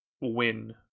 win